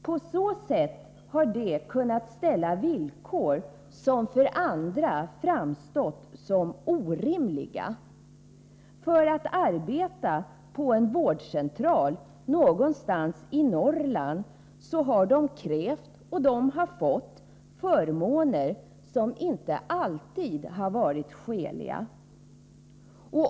På så sätt har de kunnat ställa villkor som för andra framstått såsom orimliga. För att arbeta på en vårdcentral någonstans i Norrland har de krävt och fått förmåner som inte alltid varit skäliga.